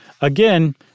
Again